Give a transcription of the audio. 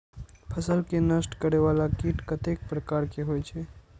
फसल के नष्ट करें वाला कीट कतेक प्रकार के होई छै?